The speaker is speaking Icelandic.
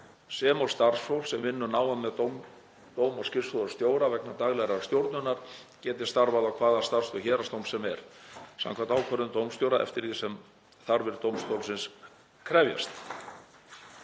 sem og starfsfólk sem vinnur náið með dóm- og skrifstofustjóra vegna daglegrar stjórnunar geti starfað á hvaða starfsstöð Héraðsdóms sem er samkvæmt ákvörðun dómstjóra, eftir því sem þarfir dómstólsins krefjast.